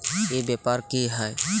ई व्यापार की हाय?